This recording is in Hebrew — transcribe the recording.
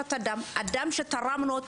בפרשת הדם נזרק הדם שתרמנו.